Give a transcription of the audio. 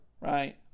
right